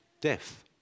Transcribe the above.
Death